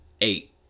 Eight